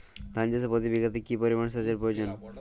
ধান চাষে প্রতি বিঘাতে কি পরিমান সেচের প্রয়োজন?